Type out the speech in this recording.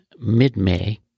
mid-May